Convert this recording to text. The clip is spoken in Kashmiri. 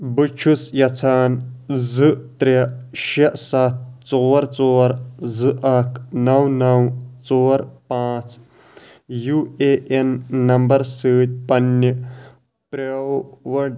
بہٕ چھُس یژھان زٕ ترٛےٚ شےٚ ستھ ژور ژور زٕ اکھ نو نو ژور پانٛژ یوٗ اےٚ این نمبر سۭتۍ پنٕنہِ پرٛووٕڈ